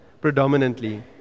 predominantly